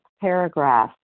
paragraph